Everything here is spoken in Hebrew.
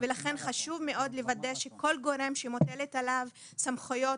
ולכן חשוב מאד לוודא שכל גורם שמוטלת עליו סמכויות,